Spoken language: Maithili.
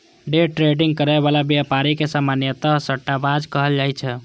डे ट्रेडिंग करै बला व्यापारी के सामान्यतः सट्टाबाज कहल जाइ छै